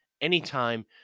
anytime